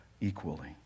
equally